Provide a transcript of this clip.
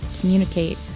communicate